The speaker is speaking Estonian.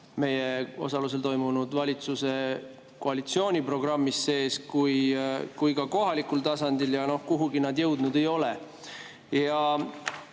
meie osalusel toimunud valitsuse koalitsiooniprogrammis sees, kui ka kohalikul tasandil. Aga noh, kuhugi nad jõudnud ei ole.